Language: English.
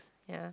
ya